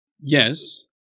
Yes